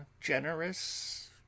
generous